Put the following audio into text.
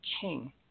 king